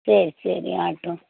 சரி சரி ஆகட்டும்